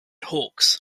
hawks